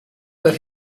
that